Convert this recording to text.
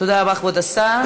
תודה רבה, כבוד השר.